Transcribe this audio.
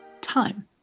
time